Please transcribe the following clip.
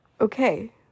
Okay